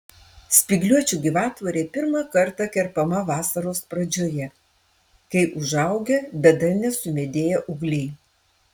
spygliuočių gyvatvorė pirmą kartą kerpama vasaros pradžioje kai užaugę bet dar nesumedėję ūgliai